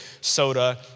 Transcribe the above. soda